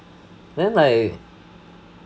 then like